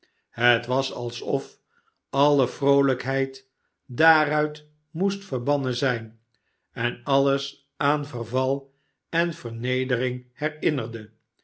het was alsof alle vroolijkheid daaruit moest verbannen zijn ensiles aan vervai en vernedering herinnerde